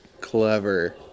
Clever